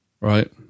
Right